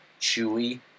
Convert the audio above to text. chewy